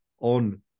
on